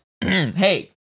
Hey